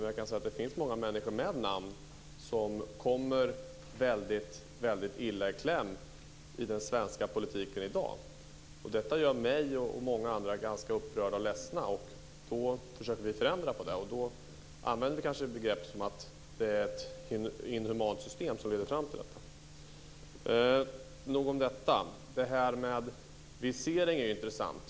Men jag kan säga att det finns många människor som kommer i kläm i den svenska politiken i dag. Detta gör mig och många andra ganska upprörda och ledsna, och då försöker vi förändra det. Vi använder då kanske begrepp som att det är ett inhumant system som leder fram till detta. Det här med visering är intressant.